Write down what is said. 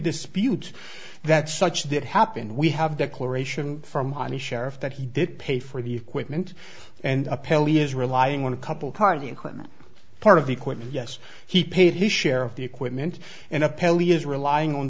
dispute that such that happened we have declaration from the sheriff that he did pay for the equipment and appellee is relying on a couple part of the equipment part of the equipment you he paid his share of the equipment and apparently is relying on